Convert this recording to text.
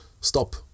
stop